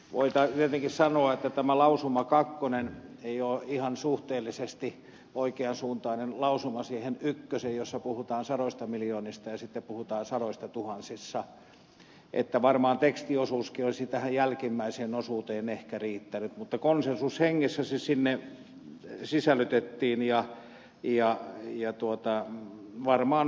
voidaan tietenkin sanoa että tämä lausuma kakkonen ei ole ihan suhteellisesti oikean suuntainen lausuma siihen ykköseen jossa puhutaan sadoista miljoonista ja sitten puhutaan sadoistatuhansista että varmaan tekstiosuuskin olisi tähän jälkimmäiseen osuuteen ehkä riittänyt mutta konsensushengessä se sinne sisällytettiin ja varmaan hyväksytäänkin